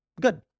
Good